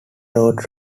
roads